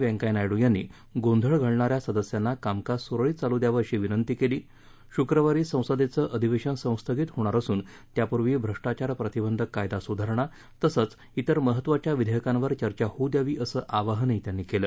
व्यंकैय्या नायडू यांनी गोंधळ घालणाऱ्या सदस्यांना कामकाज सुरळीत चालु द्यावं अशी विनंती केली शुक्रवारी संसदेचं अधिवेशन संस्थगित होणार असून त्यापूर्वी भ्रष्टाचार प्रतिबंध कायदा सुधारणा तसंच ावेर महत्त्वाच्या विधेयांकावर चर्चा होऊ द्यावी असं आवाहनही त्यांनी केलं